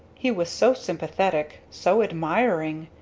he was so sympathetic! so admiring!